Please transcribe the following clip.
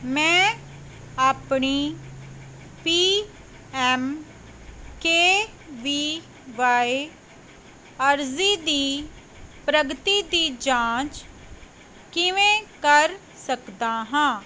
ਮੈਂ ਆਪਣੀ P M K V Y ਅਰਜ਼ੀ ਦੀ ਪ੍ਰਗਤੀ ਦੀ ਜਾਂਚ ਕਿਵੇਂ ਕਰ ਸਕਦਾ ਹਾਂ